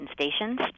stations